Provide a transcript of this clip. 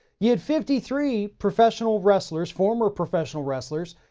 you had fifty three professional wrestlers, former professional wrestlers,